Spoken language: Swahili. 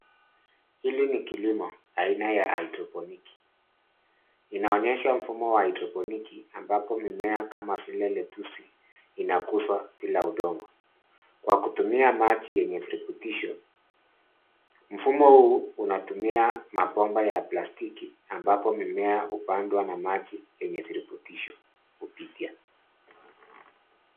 Hili ni kilimo aina ya altropiniki. Iaonyesha mfumo wa altropiniki ambako mimea kama vile letusi inakuzwa bila udongo. Kwa kutumia maji yenye viruputisho, mfumo huu unatumia mapomba ya plaskiki ambapo mimea hupandwa na maji yenye viruputisho hupitia.